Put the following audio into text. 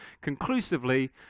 conclusively